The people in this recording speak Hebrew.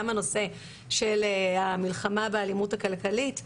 גם הנושא של המלחמה באלימות הכלכלית.